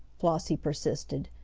flossie persisted.